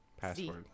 Password